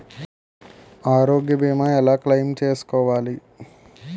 ఆరోగ్య భీమా ఎలా క్లైమ్ చేసుకోవాలి?